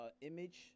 image